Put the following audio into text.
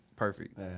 Perfect